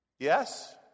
Yes